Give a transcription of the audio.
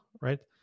right